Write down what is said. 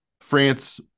France